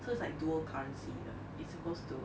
so it is like dual currency it's supposed to